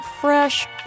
fresh